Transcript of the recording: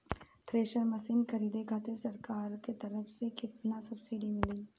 Thresher machine खरीदे खातिर सरकार के तरफ से केतना सब्सीडी मिली?